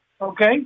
Okay